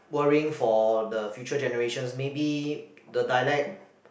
worrying for the future generations maybe the dialect